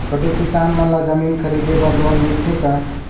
छोटे किसान मन ला जमीन खरीदे बर लोन मिलथे का?